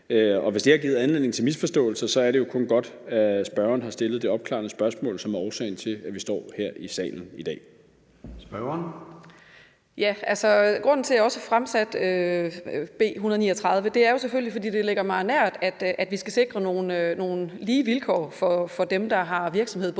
Hvis det har givet anledning til misforståelser, er det jo kun godt, at spørgeren har stillet det opklarende spørgsmål, som er årsagen til, at vi står her i salen i dag. Kl. 14:03 Formanden (Søren Gade): Spørgeren. Kl. 14:03 Betina Kastbjerg (DD): Grunden til, at jeg har fremsat B 139, er jo selvfølgelig, at det ligger mig på sinde, at vi skal sikre nogle vilkår for dem, der har virksomhed i